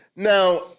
Now